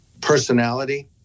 personality